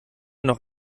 noch